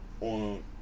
on